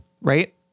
Right